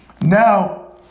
Now